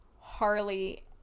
Harley